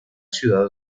ciudad